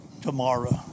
Tomorrow